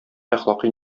әхлакый